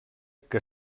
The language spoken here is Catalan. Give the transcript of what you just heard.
que